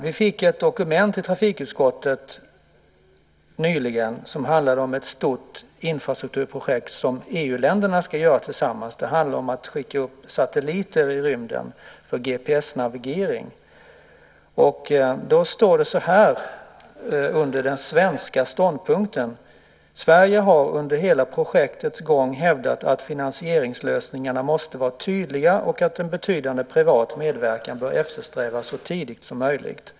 Vi fick ett dokument i trafikutskottet nyligen som handlar om ett stort infrastrukturprojekt som EU-länderna ska göra tillsammans. Det handlar om att skicka upp satelliter i rymden för GPS-navigering. Det står så här under den svenska ståndpunkten: "Sverige har under hela projektets gång hävdat att finansieringslösningarna måste vara tydliga och att en betydande privat medverkan bör eftersträvas så tidigt som möjligt.